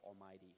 Almighty